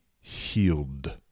healed